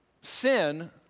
Sin